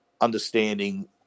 understanding